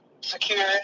secure